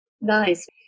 Nice